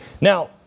Now